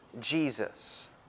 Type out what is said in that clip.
Jesus